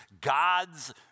God's